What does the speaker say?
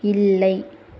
இல்லை